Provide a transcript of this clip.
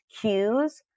cues